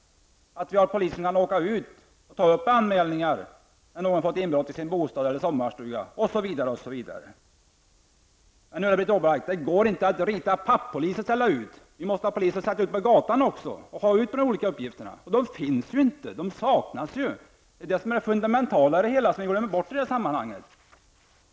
Polisen skall kunna åka ut och ta upp anmälningarna när någon fått inbrott i sin båt eller sommarstuga, osv. Men, Ulla-Britt Åbark, det går inte att rita papppoliser och ställa ut dem på gatan. Vi måste ha riktiga poliser att ställa ut på gatan för att klara de olika uppgifterna. De finns ju inte. Detta är det fundamentala som glöms bort i sammanhanget.